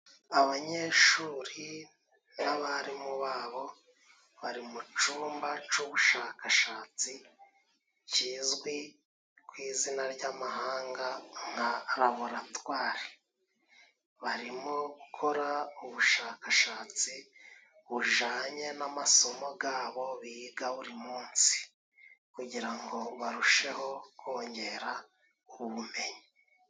Abanyeshuri n'abarimu babo, bari mu cumba c'ubushakashatsi kizwi ku izina ry'amahanga nka laboratwari. Barimo gukora ubushakashatsi bujanye n'amasomo gabo biga buri munsi, kugira ngo barusheho kongera ubumenyi.